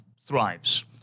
thrives